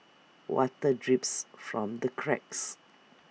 water drips from the cracks